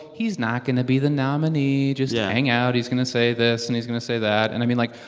he's not going to be the nominee yeah just yeah hang out. he's going to say this, and he's going to say that. and i mean, like,